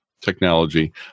technology